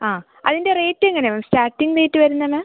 ആ അതിൻ്റെ റേറ്റ് എങ്ങനെ സ്റ്റാർട്ടിംഗ് റേറ്റ് വരുന്നത് മാം